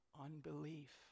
unbelief